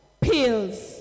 pills